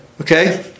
Okay